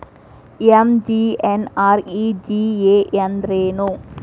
MGNREGA ಅಂದ್ರೆ ಏನು?